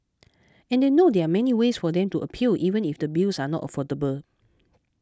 and they know there are many ways for them to appeal even if the bills are not affordable